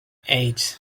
eight